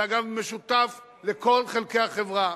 זה, אגב, משותף לכל חלקי החברה.